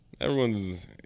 Everyone's